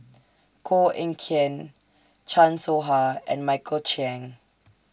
Koh Eng Kian Chan Soh Ha and Michael Chiang